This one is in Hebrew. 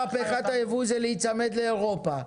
מהפכת היבוא זה להיצמד לאירופה.